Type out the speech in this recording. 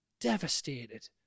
Devastated